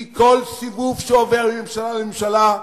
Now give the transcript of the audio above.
כי כל סיבוב שעובר מממשלה לממשלה,